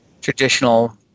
traditional